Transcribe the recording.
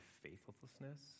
faithlessness